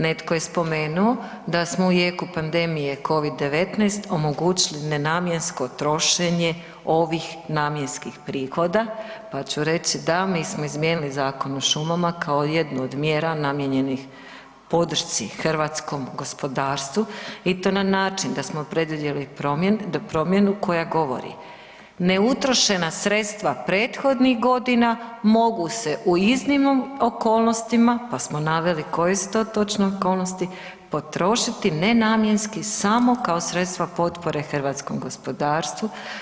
Netko je spomenuo da smo u jeku pandemije Covid-19 omogućili nenamjensko trošenje ovih namjenskih prihoda, pa ću reći da, mi smo izmijenili Zakon o šumama kao jednu od mjera namijenjenih podršci hrvatskom gospodarstvu i to na način da smo predvidjeli promjenu koja govori, neutrošena sredstva prethodnih godina mogu se u iznimnim okolnostima, pa smo naveli koje su to točno okolnosti, potrošiti nenamjenski samo kao sredstva potpore hrvatskom gospodarstvu.